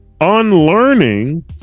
unlearning